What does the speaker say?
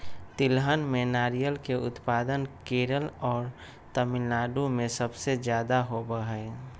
तिलहन में नारियल के उत्पादन केरल और तमिलनाडु में सबसे ज्यादा होबा हई